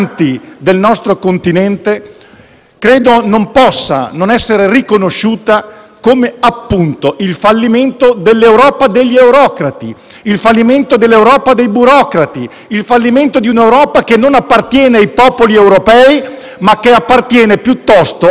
credo non possa non essere riconosciuta come, appunto, il fallimento dell'Europa degli eurocrati, il fallimento dell'Europa dei burocrati, il fallimento di un'Europa che non appartiene ai popoli europei, ma che appartiene piuttosto ad altre consorterie.